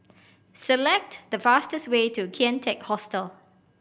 select the fastest way to Kian Teck Hostel